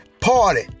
party